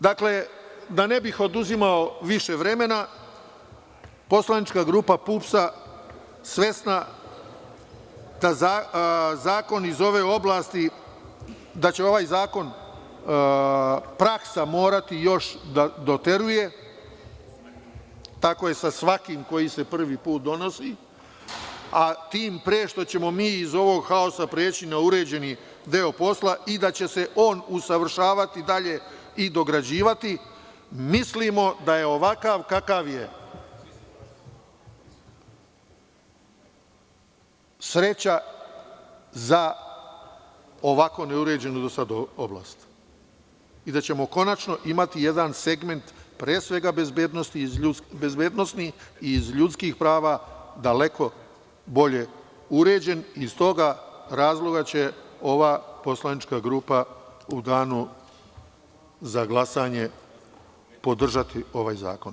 Dakle, da ne bih oduzimao više vremena, poslanička grupa PUPS je svesna da zakoni će ovaj zakon, praksa morati još da doteruje, tako je sa svakim koji se prvi put donosi, a tim pre što ćemo mi iz ovog haosa preći na uređeni deo posla i da će se on usavršavati dalje i dograđivati, mislimo da je ovakav kakav je, sreća za ovako neuređenu do sada oblast i da ćemo konačno imati jedan segment, pre svega bezbednosni, iz ljudskih prava, daleko bolje uređen, i iz toga razloga će ova poslanička grupa u danu za glasanje podržati ovaj zakon.